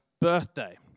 birthday